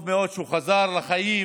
טוב מאוד שהוא חזר לחיים.